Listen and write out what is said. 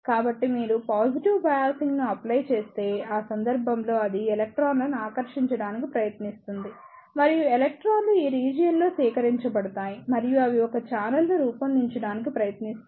కాబట్టి మీరు positive biasing ను అప్లై చేస్తే ఆ సందర్భంలో అది ఎలక్ట్రాన్లను ఆకర్షించడానికి ప్రయత్నిస్తుంది మరియు ఎలక్ట్రాన్లు ఈ రీజియన్ లో సేకరించబడుతాయి మరియు అవి ఒక ఛానెల్ను రూపొందించడానికి ప్రయత్నిస్తాయి